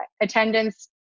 attendance